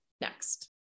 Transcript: next